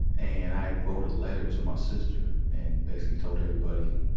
and, i had wrote a letter to my sister, and basically told everybody,